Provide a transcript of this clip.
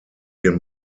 den